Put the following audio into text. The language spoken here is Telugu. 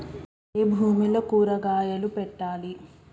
ఏ భూమిలో కూరగాయలు పెట్టాలి?